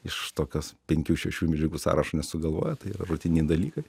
iš takios penkių šešių medžiagų sąrašo nesugalvoja tai yra rutiniai dalykai